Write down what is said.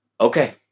Okay